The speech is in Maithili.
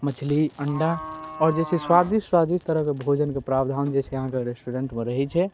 मछली अण्डा आओर जे छै स्वादिष्ट स्वादिष्ट तरहके भोजनके प्रावधान जे छै अहाँके रेस्टोरेन्टमे रहै छै